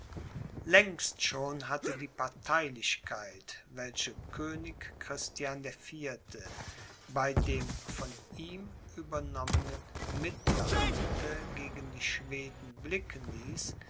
längst schon hatte die parteilichkeit welche könig christian der vierte bei dem von ihm übernommenen mittleramte gegen die schweden blicken ließ